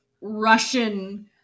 Russian